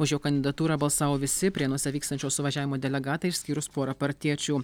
už jo kandidatūrą balsavo visi prienuose vykstančio suvažiavimo delegatai išskyrus porą partiečių